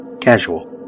Casual